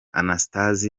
anastase